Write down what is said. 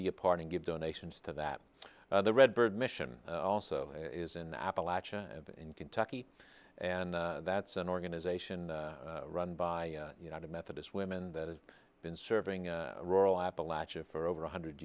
be a part and give donations to that the red bird mission also is in the appalachian in kentucky and that's an organization run by united methodist women that has been serving in rural appalachia for over one hundred